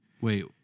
Wait